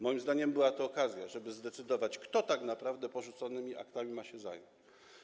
Moim zdaniem była to okazja, żeby zdecydować, kto tak naprawdę porzuconymi aktami ma się zająć.